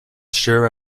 sure